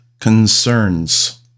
concerns